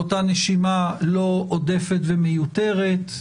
באותה נשימה לא עודפת ומיותרת,